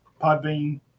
Podbean